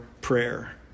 prayer